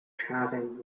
chatting